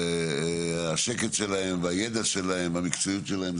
השקט שלהם והידע שלהם והמקצועיות שלהם,